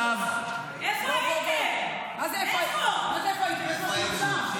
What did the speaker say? לא שמעתי אחד שמגנה את השלט הזה.